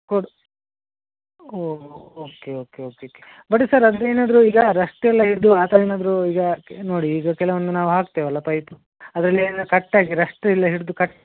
ಕೊಡಿ oh okay okay okay ಕೆ but sir ಅದ್ರಲ್ಲಿ ಏನಾದ್ರೂ ಈಗ ರಸ್ಟೆಲ್ಲ ಹಿಡಿದು ಆ ಥರ ಏನಾದ್ರೂ ಈಗ ಕೆ ನೋಡಿ ಈಗ ಕೆಲವೊಂದು ನಾವು ಹಾಕ್ತೇವಲ್ವ ಪೈಪು ಅದ್ರಲ್ಲಿ ಏನಾರೂ ಕಟ್ಟಾಗಿ ರಸ್ಟು ಎಲ್ಲ ಹಿಡಿದು ಕಟ್